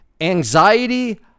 Anxiety